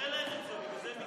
קשה להם עם זה,